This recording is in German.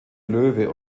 löwe